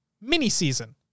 mini-season